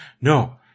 no